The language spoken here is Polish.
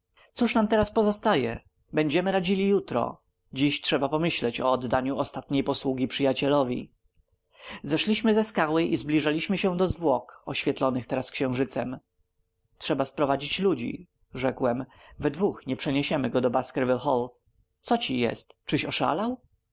cóż nam teraz pozostaje będziemy radzili jutro dziś trzeba pomyśleć o oddaniu ostatniej posługi przyjacielowi zeszliśmy ze skały i zbliżaliśmy się do zwłok oświetlonych teraz księżycem trzeba sprowadzić ludzi rzekłem we dwóch nie przeniesiemy go do baskerville hall co ci jest czyś oszalał